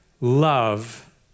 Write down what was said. love